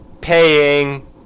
paying